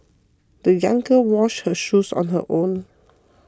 the young girl washed her shoes on her own